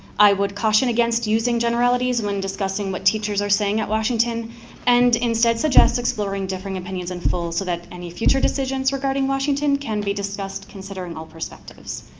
i would caution against using generalities when discussing what teachers are saying at washington and instead suggest exploring different opinions in full so that any future decisions regarding washington can be discussed considering all perspectives.